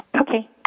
Okay